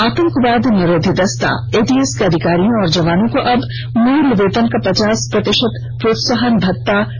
आतंकवाद निरोधी दस्ता एटीएस के अधिकारियों और जवानों को अब मूल वेतन का पचास प्रतिशत प्रोत्साहन भत्ता नहीं मिलेगा